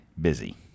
busy